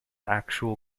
actual